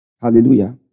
Hallelujah